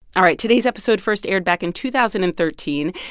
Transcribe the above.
all right, today's episode first aired back in two thousand and thirteen.